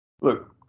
look